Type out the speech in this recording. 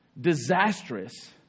disastrous